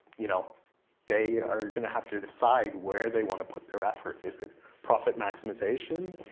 you know they are gonna have to decide where they wanna put their effort. is it profit maximization?